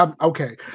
okay